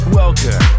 welcome